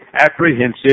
apprehensive